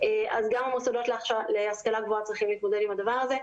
אז גם המוסדות להשכלה גבוהה צריכים להתמודד עם הדבר הזה.